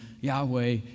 Yahweh